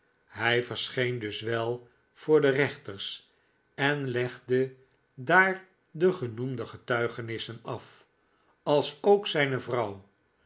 hij verscheen dus wel voor de rechters en legde daar de genoemde getuigenissen af alsook zijne